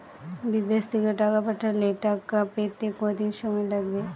বিদেশ থেকে টাকা পাঠালে টাকা পেতে কদিন সময় লাগবে?